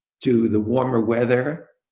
to the warmer weather,